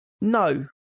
no